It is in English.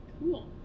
cool